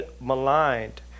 maligned